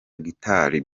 guitar